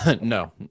No